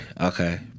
okay